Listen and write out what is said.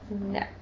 No